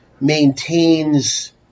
maintains